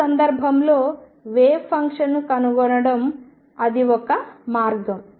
ఈ సందర్భంలో వేవ్ ఫంక్షన్ను కనుగొనడం అది ఒక మార్గం